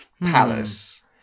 palace